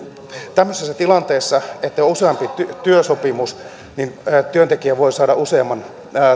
tämmöisessä tilanteessa että on useampi työsopimus työntekijä voi saada useamman